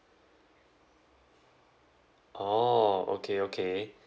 orh okay okay